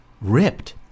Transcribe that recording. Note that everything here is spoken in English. ripped